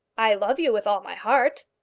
i love you with all my heart.